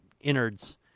innards